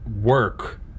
work